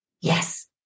Yes